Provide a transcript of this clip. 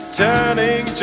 turning